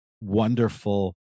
wonderful